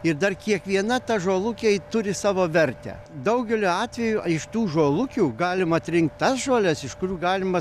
ir dar kiekviena ta žolukė ji turi savo vertę daugeliu atveju iš tų žolukių galima atrinkt tas žoles iš kurių galima